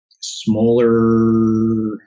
smaller